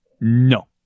No